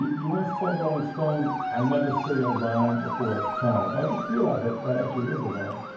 you once told rolling stone, i never say a rhyme before it's time. i just realized that that actually is a rhyme